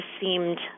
seemed